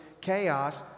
chaos